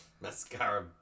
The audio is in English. Mascara